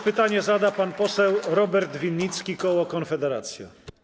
Pytanie zada pan poseł Robert Winnicki, koło Konfederacja.